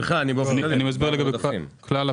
נכון.